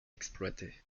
exploité